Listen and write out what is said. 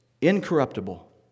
incorruptible